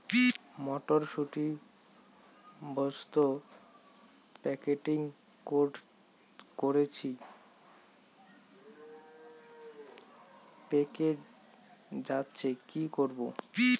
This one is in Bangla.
মটর শুটি বস্তা প্যাকেটিং করেছি পেকে যাচ্ছে কি করব?